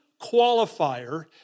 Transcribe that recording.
qualifier